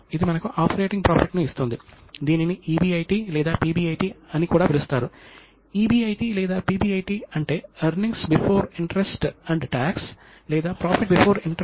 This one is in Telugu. ఇది పాత కాలంలో అకౌంటింగ్ ఎలా జరిగేదో ఆ నివేదికలు ఎలా ఉండేవో తెలిపే ఛాయాచిత్రం